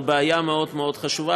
זו בעיה מאוד מאוד חשובה,